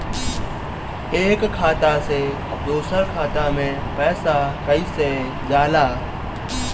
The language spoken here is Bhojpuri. एक खाता से दूसर खाता मे पैसा कईसे जाला?